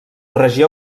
regió